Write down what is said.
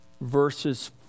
verses